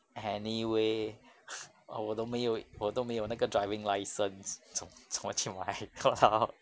anyway 我都没有我都没有那个 driving license 怎怎么去买 !walao!